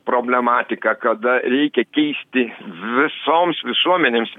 problematika kada reikia keisti visoms visuomenėms